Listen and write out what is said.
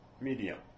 medium